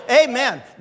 Amen